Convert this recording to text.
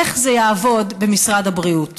איך זה יעבוד במשרד הבריאות.